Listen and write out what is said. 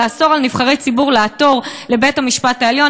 על נבחרי ציבור לעתור לבית-המשפט העליון.